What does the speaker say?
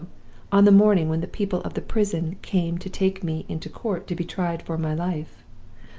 on the morning when the people of the prison came to take me into court to be tried for my life.